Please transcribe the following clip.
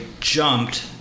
jumped